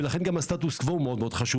ולכן גם הסטטוס קווה הוא מאוד חשוב